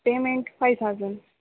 payment five thousand